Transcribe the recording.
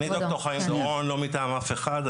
אני לא מטעם אף אחד.